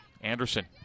Anderson